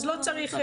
אז לא צריך,